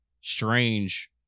Strange